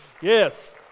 yes